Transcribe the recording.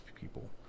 people